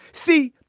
see,